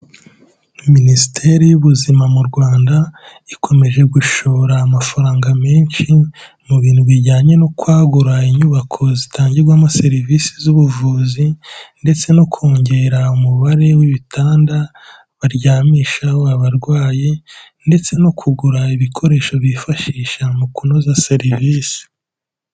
Minisiteri y'Ubuzima mu Rwanda, ikomeje gushora amafaranga menshi, mu bintu bijyanye no kwagura inyubako zitangirwamo serivisi z'ubuvuzi ndetse no kongera umubare w'ibitanda, baryamishaho abarwayi ndetse no kugura ibikoresho bifashisha mu kunoza serivisi.